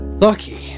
Lucky